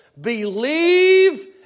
believe